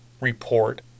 report